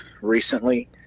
recently –